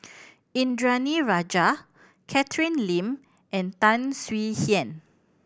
Indranee Rajah Catherine Lim and Tan Swie Hian